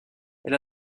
elle